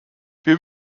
wir